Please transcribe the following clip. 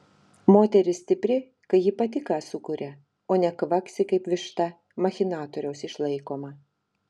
moteris stipri kai ji pati ką sukuria o ne kvaksi kaip višta machinatoriaus išlaikoma